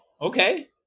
Okay